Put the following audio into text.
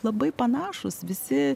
labai panašūs visi